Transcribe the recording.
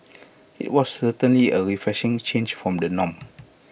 IT was certainly A refreshing change from the norm